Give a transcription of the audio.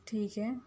ٹھیک ہے